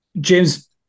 james